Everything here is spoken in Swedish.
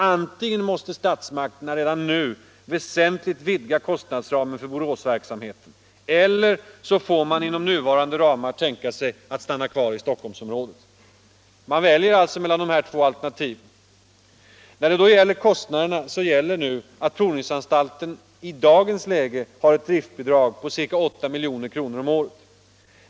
Antingen måste statsmakterna redan nu väsentligt vidga kostnadsramen för Boråsverksamheten, eller också får man inom nuvarande ramar tänka sig att stanna kvar i Stockholmsområdet. Man väljer mellan dessa två alternativ. Vad kostnaderna angår så har provningsanstalten i dagens läge ett driftbidrag på ca 8 milj.kr. om året.